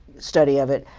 study of it,